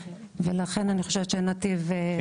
ולכן אני חושבת שנתיב יבדקו,